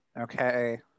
Okay